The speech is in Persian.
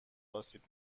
آسیب